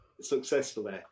successfully